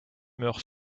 meurt